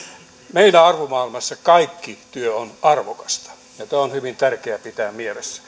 meidän arvomaailmassamme kaikki työ on arvokasta ja tämä on hyvin tärkeää pitää mielessä